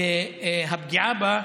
והפגיעה בה,